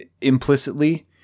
implicitly